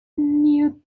new